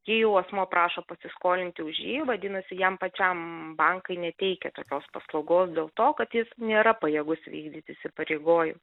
jei jau asmuo prašo pasiskolinti už jį vadinasi jam pačiam bankai neteikia tokios paslaugos dėl to kad jis nėra pajėgus vykdyt įsipareigoj